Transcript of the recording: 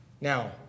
Now